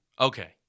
Okay